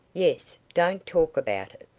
yes don't talk about it.